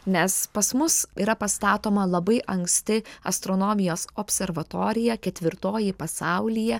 nes pas mus yra pastatoma labai anksti astronomijos observatorija ketvirtoji pasaulyje